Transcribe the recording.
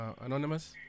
anonymous